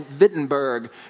Wittenberg